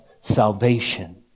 salvation